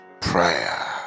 prayer